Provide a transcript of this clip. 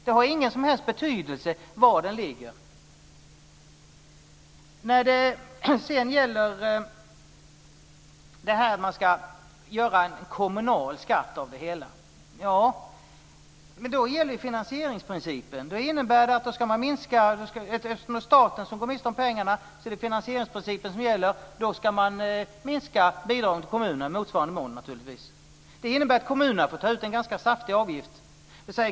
Det har alltså ingen som helst betydelse var den ligger. Sedan till detta med att göra en kommunal skatt av det hela. Då gäller finansieringsprincipen. Eftersom det är staten som går miste om pengar är det finansieringsprincipen som gäller och då ska bidragen till kommunerna naturligtvis minskas i motsvarande mån. Detta innebär att kommunerna får ta ut en ganska saftig avgift.